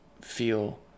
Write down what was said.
feel